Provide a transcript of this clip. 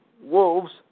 Wolves